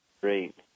Great